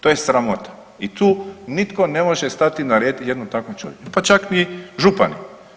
To je sramota i tu nitko ne može stati na red jednom takvom čovjeku, pa čak ni župani.